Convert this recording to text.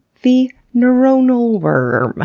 the neuronal werrrrm. ah